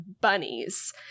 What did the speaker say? bunnies